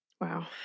Wow